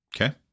okay